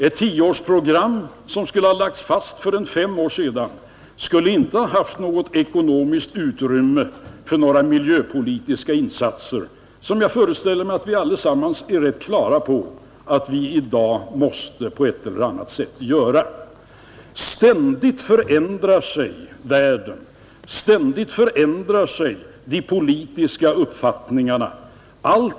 Ett tioårsprogram som skulle ha lagts fram för fem år sedan hade inte innehållit något ekonomiskt utrymme för miljöpolitiska insatser, som jag föreställer mig att vi allesammans i dag är ense om att vi måste göra. Ständigt förändrar världen sig, ständigt förändrar sig de politiska uppfattningarna.